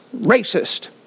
racist